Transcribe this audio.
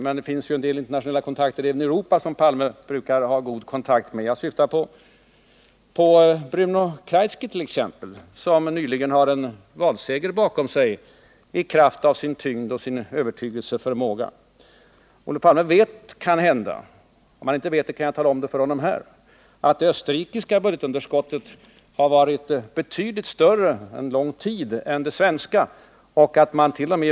Men herr Palme har ju en del goda internationella kontakter också i Europa. Jag syftar på Bruno Kreisky, som nyligen har en valseger bakom sig i kraft av sin tyngd och sin förmåga att övertyga. Olof Palme vet kanhända — och om han inte vet det kan jag tala om det för honom här — att det österrikiska budgetunderskottet har varit betydligt större än det svenska en lång tid och att mant.o.m.